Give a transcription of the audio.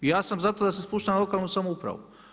Ja sam zato da se spušta na lokalnu samoupravu.